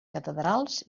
catedrals